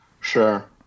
Sure